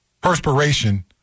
perspiration